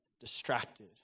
distracted